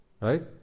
Right